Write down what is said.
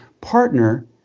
partner